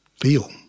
feel